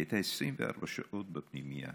היא הייתה 24 שעות בפנימייה.